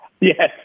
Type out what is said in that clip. Yes